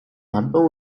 handlung